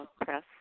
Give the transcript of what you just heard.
press